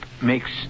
makes